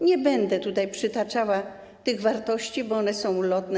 Nie będę tutaj przytaczała tych wartości, bo one są ulotne.